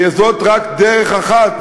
וזאת רק דרך אחת,